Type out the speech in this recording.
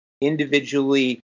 individually